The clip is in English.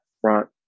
Front